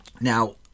Now